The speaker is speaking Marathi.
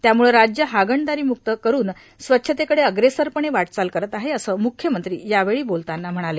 त्यामुळं राज्य हागणदारीमुक्त करून स्वच्छतेकडे अग्रेसरपणे वाटचाल करत आहे असं मुख्यमंत्री यावेळी बोलताना म्हणाले